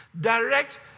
direct